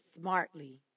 smartly